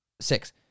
Six